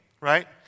right